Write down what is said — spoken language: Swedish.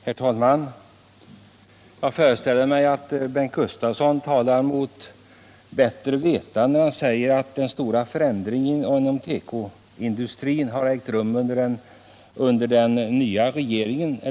Herr talman! Jag föreställer mig att Bengt Gustavsson talar mot bättre vetande när han säger att den stora förändringen inom tekoindustrin har ägt rum under den borgerliga regeringens tid.